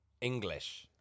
English